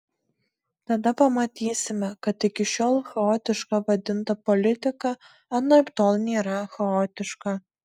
tada pamatysime kad iki šiol chaotiška vadinta politika anaiptol nėra chaotiška